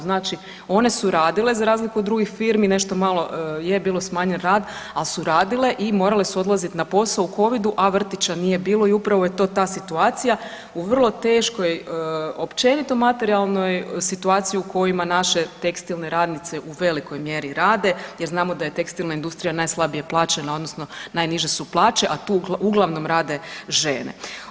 Znači one su radile, za razliku od drugih firmi, nešto malo je bio smanjen rad, ali su radile i morale su odlaziti na posao u covidu, a vrtića nije bilo i upravo je ta situacija u vrlo teško općenito materijalnoj situaciji u kojima naše tekstilne radnice u velikoj mjeri rade jer znamo da je tekstilna industrija najslabije plaćena odnosno najniže su plaće, a tu uglavnom rade žene.